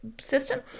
system